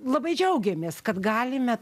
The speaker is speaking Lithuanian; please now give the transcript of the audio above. labai džiaugiamės kad galime